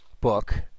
Book